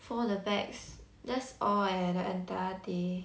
fold the bags that's all eh the entire day